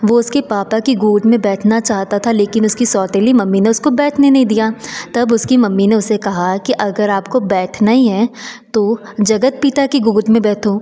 वह उसके पापा की गोद में बैठना चाहता था लेकिन उसकी सौतेली मम्मी ने उसको बैठने नहीं दिया तब उसकी मम्मी ने उसे कहा कि अगर आपको बैथना ही है तो जगत पिता की गोद में बैठो